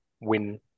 win